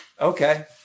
okay